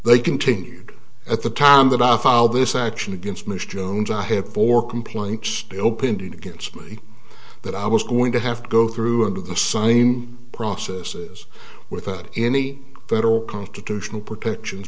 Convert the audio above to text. they continued at the time that i filed this action against mr jones i have four complaints still pending against me that i was going to have to go through under the signing processes without any federal constitutional protections